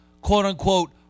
quote-unquote